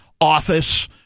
office